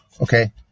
Okay